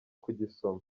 kugisoma